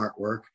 artwork